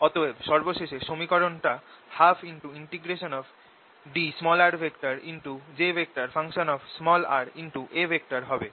অতএব সর্বশেষ সমীকরণটা টা 12drjA হবে